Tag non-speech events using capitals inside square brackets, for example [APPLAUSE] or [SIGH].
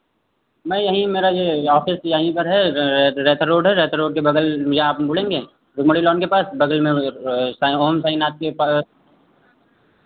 मैं यहीं मेरा ये ऑफ़िस यहीं पर है रैथा रोड है रैथा रोड के बगल ये आप मुड़ेंगे [UNINTELLIGIBLE] मुड़ी लॉन के पास बगल में साईं ओम साईंनाथ के पास